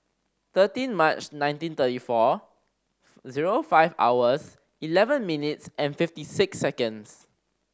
thirteen March nineteen thirty four zero five hours eleven minutes and fifty six seconds